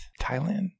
Thailand